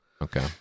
Okay